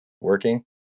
working